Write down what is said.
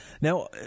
Now